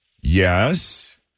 Yes